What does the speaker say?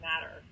matter